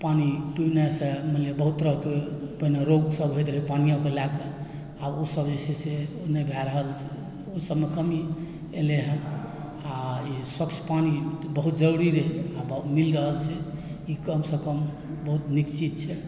पानी पीनेसँ मानि लिअ बहुत तरहकेँ पहिने रोगसभ होयत रहै पानियोके लएकऽ आब ओसभ जे छै से नहि भए रहल छै ओसभमे कमी एलय हँ आ ई स्वच्छ पानी बहुत जरुरी रहै ई मिल रहल छै ई कमसँ कम बहुत नीक चीज छै